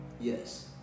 Yes